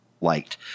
liked